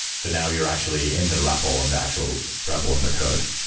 so now you're actually in the repl, in the actual repl in the code.